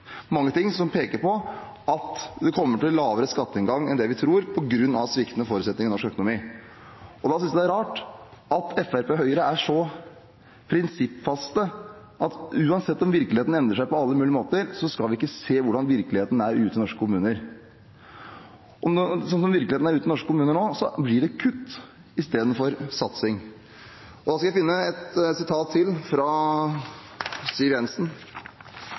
mange ting som peker mot at det kommer til å bli lavere skatteinngang enn det vi tror, på grunn av sviktende forutsetninger i norsk økonomi. Da synes jeg det er rart at Fremskrittspartiet og Høyre er så prinsippfaste at uansett om virkeligheten endrer seg på alle mulige måter, skal man ikke se hvordan virkeligheten er ute i norske kommuner. Sånn som virkeligheten er ute i norske kommuner nå, blir det kutt istedenfor satsing. Da skal jeg finne et sitat til fra Siv Jensen.